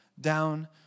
down